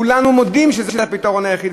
כולנו מודים שזה הפתרון היחיד,